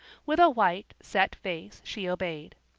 with a white, set face she obeyed.